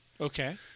Okay